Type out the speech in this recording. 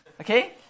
okay